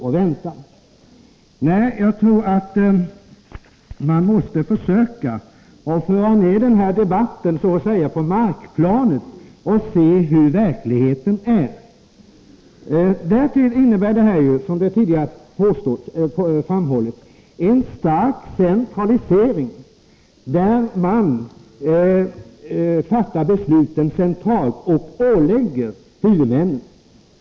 Jag tror att man måste försöka få ner den här debatten så att säga på markplanet och se hur verkligheten är. Dessutom innebär ju detta, som tidigare framhållits, en stark centralisering av besluten.